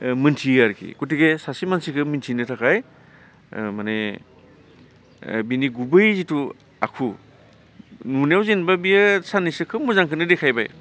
मोन्थियो आरोकि गतिके सासे मानसिखौ मोन्थिनो थाखाय माने बिनि गुबै जितु आखु नुनायाव जेनेबा बियो साननैसो खोब मोजांखौनो देखायबाय